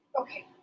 okay